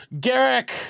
Garrick